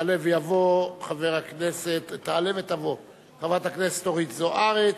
תעלה ותבוא חברת הכנסת אורית זוארץ,